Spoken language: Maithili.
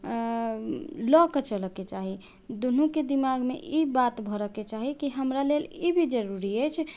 लअ के चलऽके चाही दुनूके दिमागमे ई बात भरऽके चाही कि हमरा लेल ई भी जरुरी अछि